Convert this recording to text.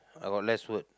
I got less word